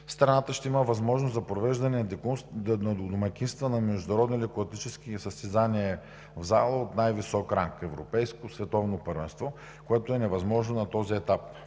страната ще има възможност за провеждането на домакинства на международни лекоатлетически състезания в зала от най-висок ранг – европейско, световно първенство, което е невъзможно на този етап